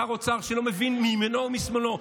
שר אוצר שלא מבין מימינו או משמאלו,